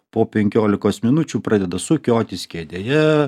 po penkiolikos minučių pradeda sukiotis kėdėje